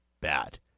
bad